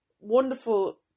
wonderful